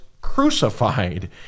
crucified